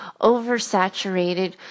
oversaturated